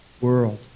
world